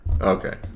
Okay